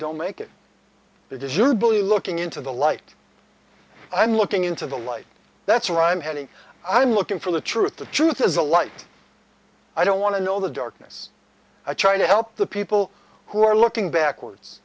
don't make it it is you believe looking into the light i'm looking into the light that's right i'm heading i'm looking for the truth the truth is a light i don't want to know the darkness i try to help the people who are looking backwards